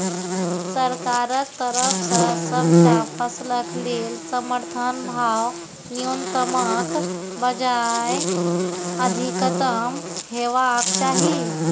सरकारक तरफ सॅ सबटा फसलक लेल समर्थन भाव न्यूनतमक बजाय अधिकतम हेवाक चाही?